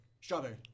strawberry